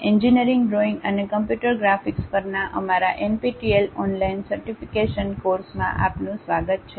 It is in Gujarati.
એન્જિનિયરિંગ ડ્રોઇંગ અને કમ્પ્યુટર ગ્રાફિક્સ પરના અમારા એનપીટીઈએલ ઓનલાઇન સર્ટિફિકેશન કોર્સમાં આપનું સ્વાગત છે